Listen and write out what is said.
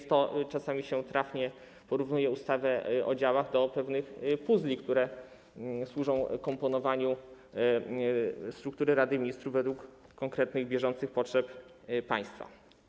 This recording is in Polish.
Dlatego czasami trafnie porównuje się ustawę o działach do pewnych puzzli, które służą komponowaniu struktury Rady Ministrów według konkretnych, bieżących potrzeb państwa.